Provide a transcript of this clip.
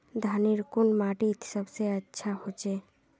धानेर कुन माटित सबसे अच्छा होचे?